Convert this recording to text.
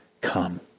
come